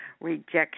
rejection